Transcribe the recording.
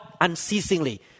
unceasingly